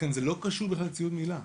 לכן, זה לא קשור בכלל לציוד מילה.